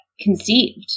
conceived